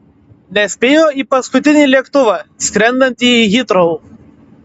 nespėjo į paskutinį lėktuvą skrendantį į hitrou